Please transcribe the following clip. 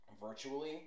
virtually